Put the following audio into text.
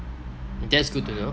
that's good to know